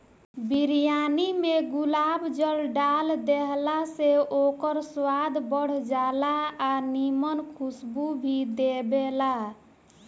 बिरयानी में गुलाब जल डाल देहला से ओकर स्वाद बढ़ जाला आ निमन खुशबू भी देबेला